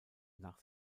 nach